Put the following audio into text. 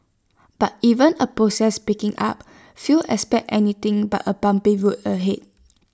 but even A process picking up few expect anything but A bumpy road ahead